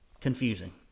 confusing